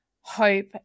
hope